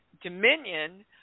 dominion